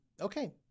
Okay